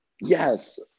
Yes